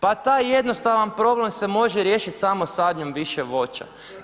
Pa taj jednostavan problem se može riješiti samo sadnjom više voća.